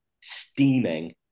steaming